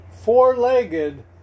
four-legged